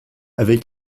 avec